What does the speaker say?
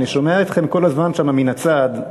אני שומע אתכם כל הזמן שם מן הצד.